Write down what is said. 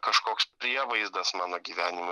kažkoks prievaizdas mano gyvenimui